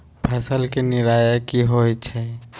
फसल के निराया की होइ छई?